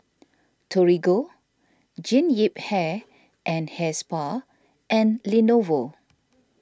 Torigo Jean Yip Hair and Hair Spa and Lenovo